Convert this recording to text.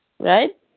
Right